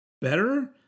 better